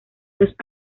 los